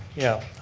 yeah,